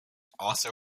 also